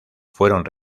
fueron